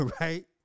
Right